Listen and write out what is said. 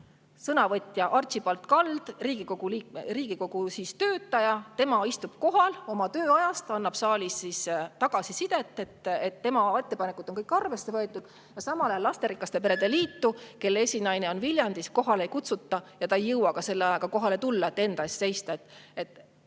Sõnavõtja Archibald Kald, Riigikogu [Kantselei] töötaja, istub seal kohal oma tööajast, annab saalis tagasisidet, et tema ettepanekud on kõik arvesse võetud, aga samal ajal lasterikaste perede liitu, kelle esinaine on Viljandis, kohale ei kutsuta ja ta ei jõuagi selle ajaga kohale tulla, et enda eest seista.